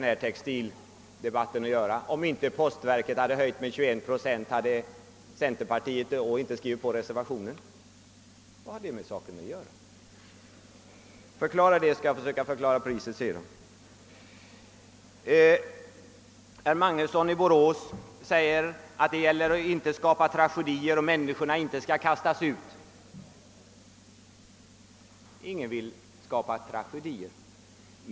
Herr talman! Herr Börjesson i Glömminge ville få reda på varför postverket hade höjt taxorna med 21 procent. Han kan väl fråga postverket. Men vad har det med textildebatten att göra? Om herr Börjesson förklarar att han inte skulle skrivit under reservationen om postverket inte höjt sina taxor, skall jag försöka förklara detta med priset. Herr Magnusson i Borås säger att det gäller att undvika de tragedier som uppstår när människorna kastas ut. Ingen vill skapa några tragedier.